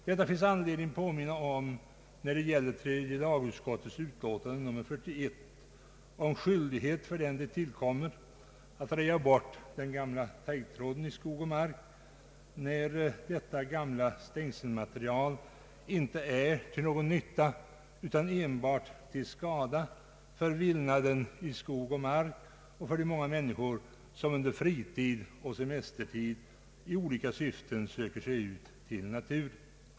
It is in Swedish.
Det finns anledning att påminna härom när det gäller tredje lagutskottets utlåtande nr 41, nämligen om skyldigheten för den det tillkommer att röja bort den gamla taggtråden i skog och mark där detta stängselmaterial, ofta nedfallet på marken, inte är till någon nytta utan enbart till skada för viltet i skog och mark liksom för de många människor som under fritid och semestertid i olika syften söker sig ut till naturen.